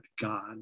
god